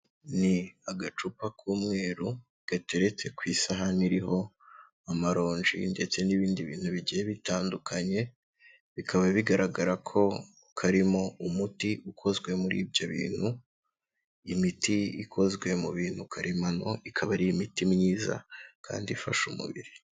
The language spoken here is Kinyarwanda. Ni agacupa k'umweru gateretse ku isahani iriho amaronji ndetse n'ibindi bintu bigiye bitandukanye, bikaba bigaragara ko karimo umuti ukozwe muri ibyo bintu. Imiti ikozwe mu bintu karemano ikaba ari imiti myiza kandi ifasha umubiri.